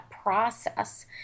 process